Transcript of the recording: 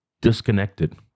disconnected